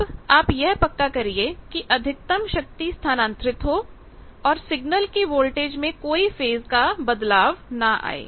अब आप यह पक्का करिए के अधिकतम शक्ति स्थानांतरित हो और सिग्नल की वोल्टेज में कोई फेज़ का बदलाव ना आए